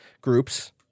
groups